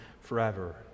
forever